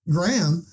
Graham